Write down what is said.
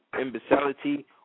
imbecility